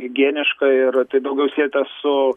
higieniška ir tai daugiau sieta su